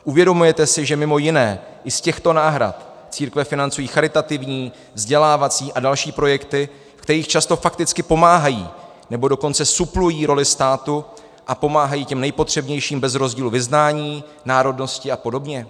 Uvědomujete si, že mimo jiné i z těchto náhrad církve financují charitativní, vzdělávací a další projekty, v kterých často fakticky pomáhají, nebo dokonce suplují roli státu a pomáhají těm nejpotřebnějším bez rozdílu vyznání, národnosti a podobně?